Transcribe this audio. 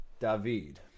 David